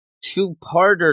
two-parter